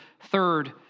third